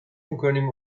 میکنیم